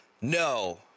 No